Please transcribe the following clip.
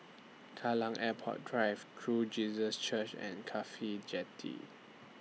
Kallang Airport Drive True Jesus Church and Cafhi Jetty